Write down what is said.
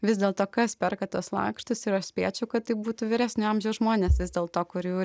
vis dėlto kas perka tuos lakštus ir aš spėčiau kad tai būtų vyresnio amžiaus žmonės vis dėlto kurių